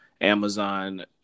Amazon